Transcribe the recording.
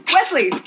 Wesley